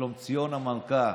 לשלומציון המלכה: